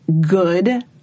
good